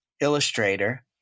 Illustrator